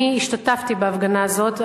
אני השתתפתי בהפגנה הזאת.